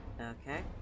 Okay